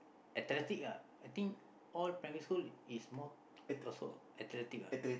athletic lah I think all primary school is more athletic lah